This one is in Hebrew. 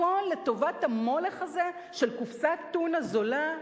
הכול לטובת המולך הזה של קופסת טונה זולה?